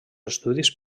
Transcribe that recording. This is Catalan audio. estudis